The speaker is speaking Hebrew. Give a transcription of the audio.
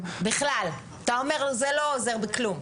בכלל, אתה אומר, זה לא עוזר בכלום.